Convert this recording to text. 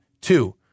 Two